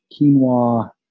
quinoa